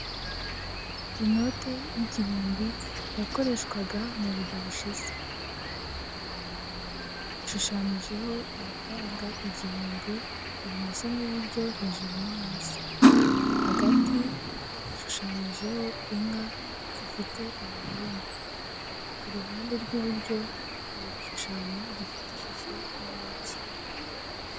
Inote y'igihumbi yakoreshwaga mu bihe bishize, ishushanyijeho amafaranga igihumbi ibumoso n'iburyo hejuru no hasi. Hagati hashushanyijeho inka zifite amahembe, iruhande rw'iburyo hari igishushanyo gifite ishusho y'igi.